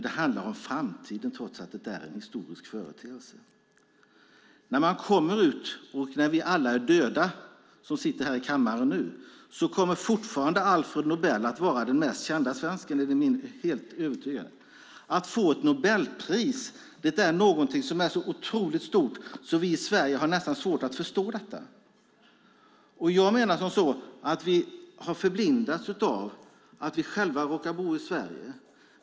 Den handlar om framtiden trots att det är en historisk företeelse. När alla vi som nu sitter i kammaren är döda kommer fortfarande Alfred Nobel att vara den mest kända svensken, det är jag helt övertygad om. Att få ett Nobelpris är någonting som är så otroligt stort att vi i Sverige nästan har vårt att förstå detta. Jag menar att vi har förblindats av att vi själva råkar bo i Sverige.